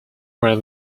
were